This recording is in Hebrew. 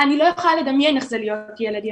אני לא יכולה לדמיין איך זה להיות ילד יחיד.